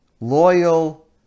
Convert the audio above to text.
loyal